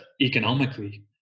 economically